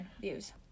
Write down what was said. views